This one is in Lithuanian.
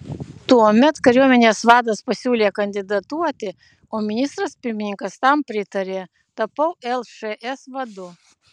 tuomet kariuomenės vadas pasiūlė kandidatuoti o ministras pirmininkas tam pritarė tapau lšs vadu